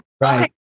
Right